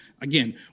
again